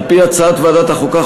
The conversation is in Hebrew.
על-פי הצעת ועדת החוקה,